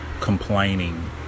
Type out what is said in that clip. complaining